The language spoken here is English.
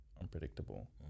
unpredictable